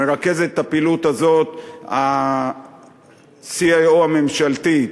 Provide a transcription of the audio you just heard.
מרכזת את הפעילות הזאת ה-CIO הממשלתי,